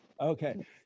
Okay